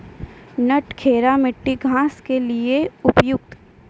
नटखेरा मिट्टी घास के लिए उपयुक्त?